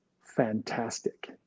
fantastic